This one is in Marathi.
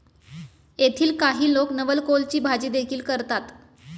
येथील काही लोक नवलकोलची भाजीदेखील करतात